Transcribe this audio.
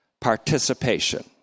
participation